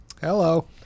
Hello